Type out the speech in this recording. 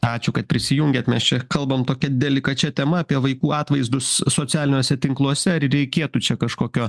ačiū kad prisijungėt mes čia kalbam tokia delikačia tema apie vaikų atvaizdus socialiniuose tinkluose reikėtų čia kažkokio